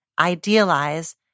idealize